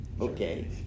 Okay